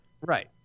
right